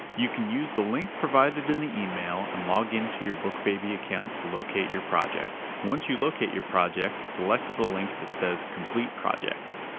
you can use the link provided in the email and log in to your bookbaby account to locate your project. once you locate your project, select the link that says, complete project.